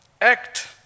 act